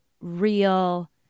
real